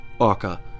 Arca